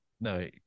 No